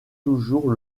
toujours